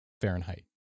Fahrenheit